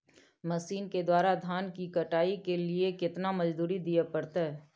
Machine के द्वारा धान की कटाइ के लिये केतना मजदूरी दिये परतय?